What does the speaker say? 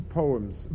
poems